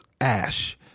Ash